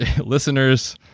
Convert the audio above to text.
listeners